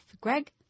Greg